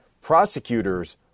prosecutors